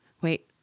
Wait